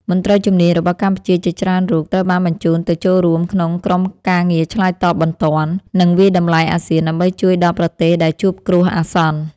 មន្ត្រីជំនាញរបស់កម្ពុជាជាច្រើនរូបត្រូវបានបញ្ជូនទៅចូលរួមក្នុងក្រុមការងារឆ្លើយតបបន្ទាន់ និងវាយតម្លៃអាស៊ាន ដើម្បីជួយដល់ប្រទេសដែលជួបគ្រោះអាសន្ន។